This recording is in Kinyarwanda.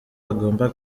bagomba